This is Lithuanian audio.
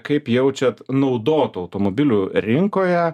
kaip jaučiat naudotų automobilių rinkoje